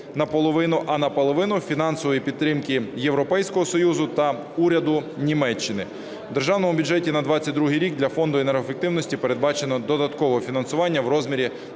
на половину, а на половину - фінансової підтримки Європейського Союзу та уряду Німеччини. У Державному бюджеті на 2022 рік для Фонду енергоефективності передбачено додатково фінансування в розмірі